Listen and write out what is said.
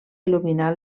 il·luminar